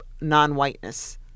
non-whiteness